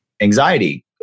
anxiety